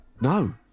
No